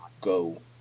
go